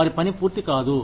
వారి పని పూర్తి కాదు